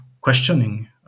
questioning